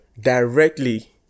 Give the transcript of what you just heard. directly